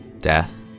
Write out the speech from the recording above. death